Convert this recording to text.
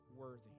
worthy